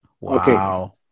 Wow